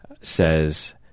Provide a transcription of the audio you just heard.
says